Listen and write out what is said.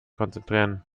konzentrieren